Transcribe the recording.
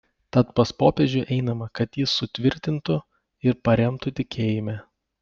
tad pas popiežių einama kad jis sutvirtintų ir paremtų tikėjime